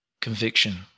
conviction